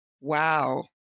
wow